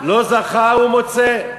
לא זכה, הוא מוצא.